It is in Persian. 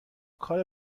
کار